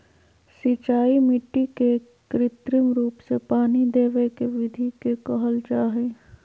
सिंचाई मिट्टी के कृत्रिम रूप से पानी देवय के विधि के कहल जा हई